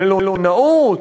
במלונאות.